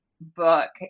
book